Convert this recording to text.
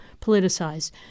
politicized